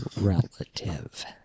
Relative